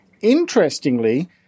Interestingly